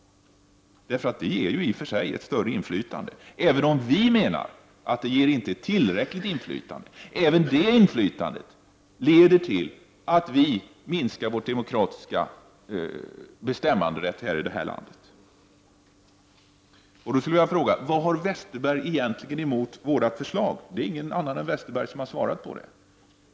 Det ger i och för sig ett större inflytande, även om vi menar att det inte ger ett tillräckligt inflytande. Även det inflytande som då skulle komma i fråga skulle leda till att det här landet minskade sin demokratiska bestämmanderätt. Vad har Bengt Westerberg egentligen emot våra förslag? Det är ingen annan än Bengt Westerberg som har berört saken.